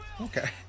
okay